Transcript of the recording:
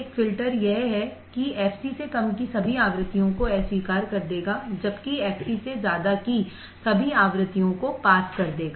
एक फ़िल्टर यह है कि fc से कम की सभी आवृत्तियाँ को अस्वीकार कर देगा जबकि fc से ज्यादा की सभी आवृत्तियों को पास कर देगा